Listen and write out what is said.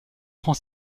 prend